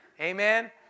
Amen